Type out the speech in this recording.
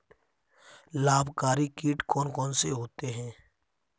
लाभकारी कीट कौन कौन से होते हैं?